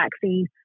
vaccine